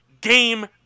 game